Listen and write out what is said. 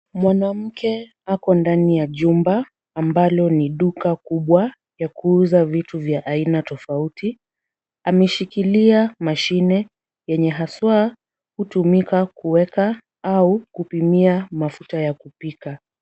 Mwanamke ako ndani ya jumba ambalo ni duka kubwa ya kuuza vitu vya aina tofauti. Ameshikilia mashine yenye haswa hutumika kuweka au kupimia mafuta ya kupika.